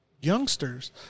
youngsters